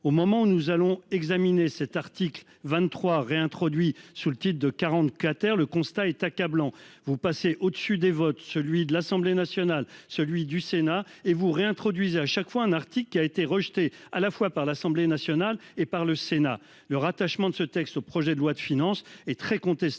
au moment où nous allons examiner cet article 23 réintroduit sous le titre de 44. Le constat est accablant, vous passez au-dessus des votes, celui de l'Assemblée nationale, celui du Sénat et vous réintroduisez à chaque fois un article qui a été rejetée à la fois par l'Assemblée nationale et par le Sénat le rattachement de ce texte au projet de loi de finances et très contestable,